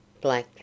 black